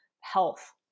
health